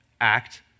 act